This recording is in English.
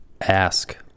ask